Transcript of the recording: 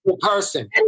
person